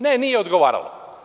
Ne, nije odgovaralo.